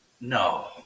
no